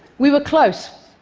we were close.